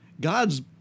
God's